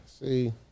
See